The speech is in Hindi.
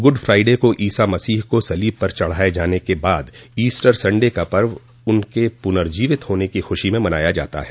गुंड फ्राइडे को ईसा मसीह को सलीब पर चढ़ाये जाने के बाद ईस्टर संडे का पर्व उनके पुनर्जीवित होने की खुशी में मनाया जाता है